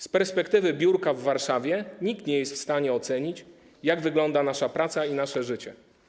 Z perspektywy biurka w Warszawie nikt nie jest w stanie ocenić, jak wygląda nasza praca i nasze życie.